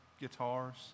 guitars